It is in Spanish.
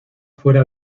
fuera